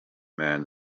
man